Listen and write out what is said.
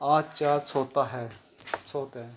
ਅੱਛਾ ਸਰੋਤ ਹੈ ਸਰੋਤ ਹੈ